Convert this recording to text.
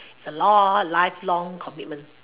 a lot life long commitment